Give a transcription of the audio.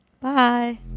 Bye